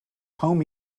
home